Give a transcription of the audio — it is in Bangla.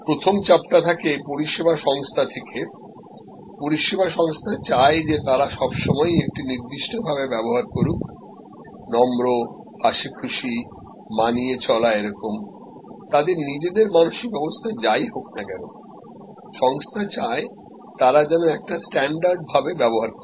প্রথমত চাপটা থাকে পরিষেবা সংস্থা থেকে পরিষেবা সংস্থা চায় যে তারা সবসময়ই একটি নির্দিষ্ট ভাবে ব্যবহার করুক নম্র হাসিখুশি মানিয়ে চলা এরকম তাদের নিজেদের মানসিক অবস্থা যাই হোক না কেন সংস্থা চায় তারা যেন একটা স্ট্যান্ডার্ড ভাবে ব্যবহার করে